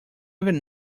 even